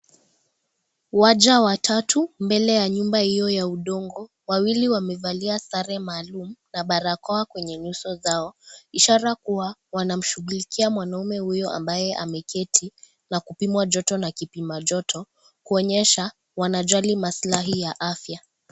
Waja watatu mbele ya nyumba hiyo ya udongo. Wawili wamevalia sare maalum na barakoa kwenye nyuso zao, ishara kuwa wanamshughulikia mwanaume huyo ambaye ameketi na kupimwa joto na kipima joto, kuonyesha wanajali masilahi ya afya.